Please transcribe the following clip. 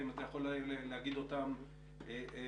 אם אתה יכול להגיד אותם בקול,